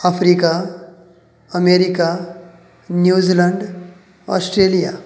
Africa America New Zealand Australia